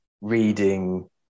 reading